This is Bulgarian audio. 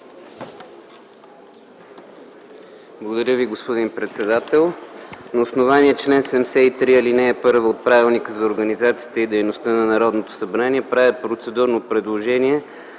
Благодаря Ви, господин председател. На основание чл. 73, ал. 1 от Правилника за организацията и дейността на Народното събрание правя процедурно предложение